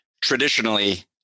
Traditionally